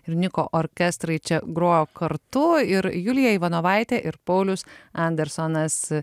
ir niko orkestrai čia groja kartu ir julija ivanovaitė ir paulius andersonas